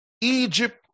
Egypt